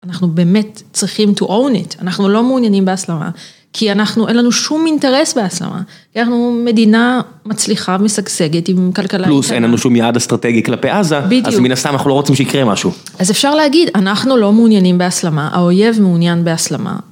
אנחנו באמת צריכים to own it, אנחנו לא מעוניינים בהסלמה, כי אנחנו אין לנו שום אינטרס בהסלמה, כי אנחנו מדינה מצליחה משגשגת עם כלכלה איתה. פלוס אין לנו שום יעד אסטרטגי כלפי עזה, אז מן הסתם אנחנו לא רוצים שיקרה משהו. אז אפשר להגיד, אנחנו לא מעוניינים בהסלמה, האויב מעוניין בהסלמה.